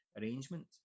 arrangement